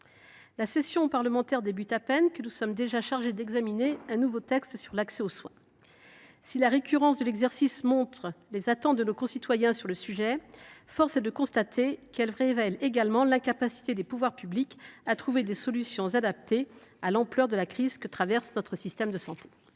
la session parlementaire commence à peine que nous sommes déjà chargés d’examiner un nouveau texte sur l’accès aux soins ! Si la récurrence de l’exercice montre les attentes de nos concitoyens sur le sujet, force est de constater qu’elle révèle également l’incapacité des pouvoirs publics à trouver des solutions adaptées à l’ampleur de la crise que traverse notre système de santé.